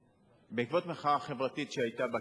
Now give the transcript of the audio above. בעקבות המחאה החברתית שהיתה בקיץ,